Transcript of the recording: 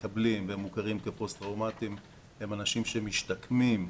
מקבלים ומוכרים כפוסט טראומטיים הם אנשים שמשתקמים,